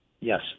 Yes